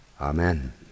Amen